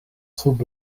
sub